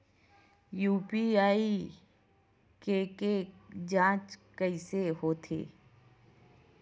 UPI के के जांच कइसे होथे?